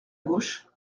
gauche